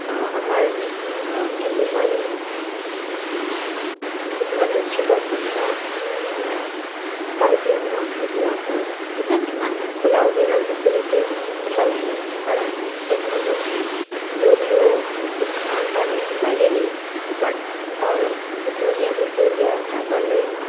আমাৰ কিছুমান কিছুমান ডিষ্ট্ৰিক্টত যেনেকা কাৰ্বি আংলং এইবিলাক হ'ল এইবিলাক ইমান অ'লা উবেৰৰ ফেচিলিটি ইফালে নাই কাৰণ টেকন'লজি যদিও বহুত আগবাঢ়ে বাঢ়িলে বাট তা ভিতৰীয়া ভিতৰীয়া জাগালৈ